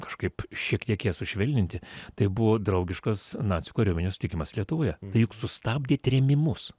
kažkaip šiek tiek ją sušvelninti tai buvo draugiškas nacių kariuomenės sutikimas lietuvoje juk sustabdė trėmimus